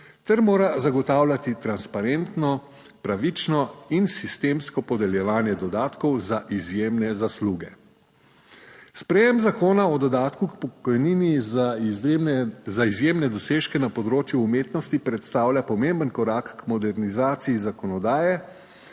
ter mora zagotavljati transparentno in pravično in sistemsko podeljevanje dodatkov za izjemne zasluge. Sprejem Zakona o dodatku k pokojnini za izjemne, za izjemne dosežke na področju umetnosti predstavlja pomemben korak k modernizaciji zakonodaje,